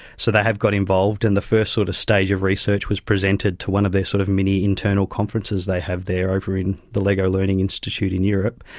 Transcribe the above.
so they have got involved, and the first sort of stage of research was presented to one of their sort of many internal conferences they have there over in the lego learning institute in europe.